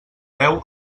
deu